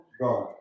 God